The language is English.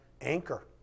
anchor